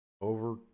over